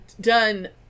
done